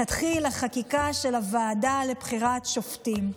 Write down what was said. תתחיל החקיקה של הוועדה לבחירת שופטים.